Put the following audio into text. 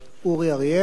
אורי אריאל.